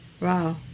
Wow